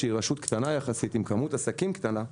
שהיא רשות קטנה יחסית עם כמות עסקים קטנים,